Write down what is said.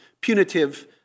punitive